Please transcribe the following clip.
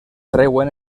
treuen